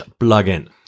plugin